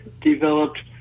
developed